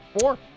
Four